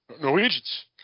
Norwegians